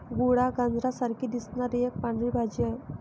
मुळा, गाजरा सारखी दिसणारी एक पांढरी भाजी आहे